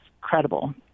credible